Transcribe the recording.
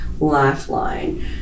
Lifeline